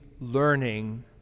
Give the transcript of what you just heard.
learning